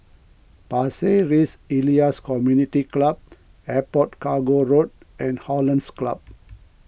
Pasir Ris Elias Community Club Airport Cargo Road and Hollandse Club